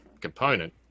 component